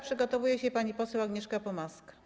Przygotowuje się pani poseł Agnieszka Pomaska.